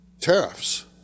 tariffs